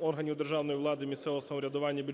органів державної влади, місцевого самоврядування, бюджетних